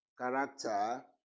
character